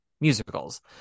musicals